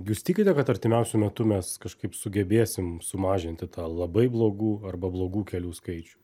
jūs tikite kad artimiausiu metu mes kažkaip sugebėsim sumažinti tą labai blogų arba blogų kelių skaičių